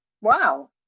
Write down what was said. Wow